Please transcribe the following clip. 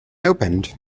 opened